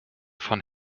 von